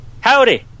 Howdy